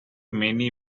many